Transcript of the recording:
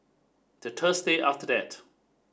the thursday after that